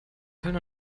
köln